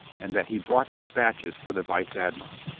and that he brought dispatches for the vice admiral.